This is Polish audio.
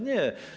Nie.